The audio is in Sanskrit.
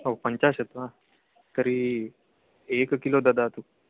ओ पञ्चाशत् वा तर्हि एकं किलो ददातु